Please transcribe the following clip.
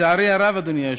לצערי הרב, אדוני היושב-ראש,